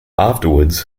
afterwards